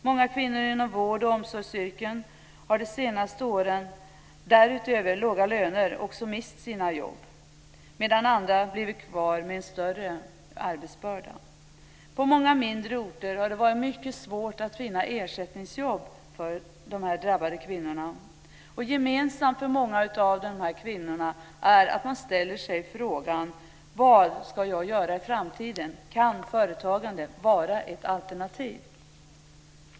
Många kvinnor i vårdoch omsorgsyrken har de senaste åren dessutom mist sina jobb, medan andra blivit kvar med en större arbetsbörda. På många mindre orter har det varit mycket svårt att finna ersättningsjobb för de drabbade kvinnorna. Gemensamt för många av dessa kvinnor är att man ställer sig frågan vad man ska göra i framtiden. Kan företagande vara ett alternativ?